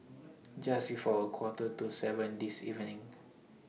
Just before A Quarter to seven This evening